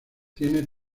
tiene